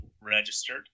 registered